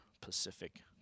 Pacific